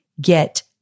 get